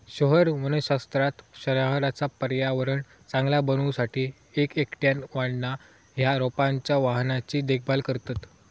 शहर वनशास्त्रात शहराचा पर्यावरण चांगला बनवू साठी एक एकट्याने वाढणा या रोपांच्या वाहनांची देखभाल करतत